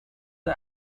the